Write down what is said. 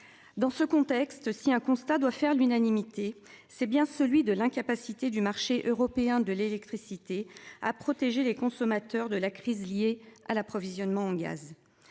Dans ce contexte si un constat doit faire l'unanimité, c'est bien celui de l'incapacité du marché européen de l'électricité à protéger les consommateurs de la crise liée à l'approvisionnement en gaz.